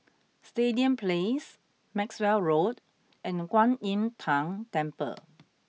Stadium Place Maxwell Road and Kuan Im Tng Temple